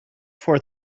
for